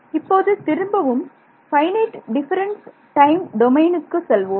இப்போது திரும்பவும் finite difference time டொமைனுக்கு செல்வோம்